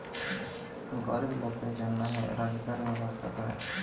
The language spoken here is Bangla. গরিব লকদের জনহে রজগারের ব্যবস্থা ক্যরে